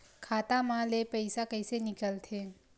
खाता मा ले पईसा कइसे निकल थे?